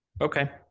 Okay